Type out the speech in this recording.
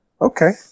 Okay